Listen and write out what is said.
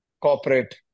corporate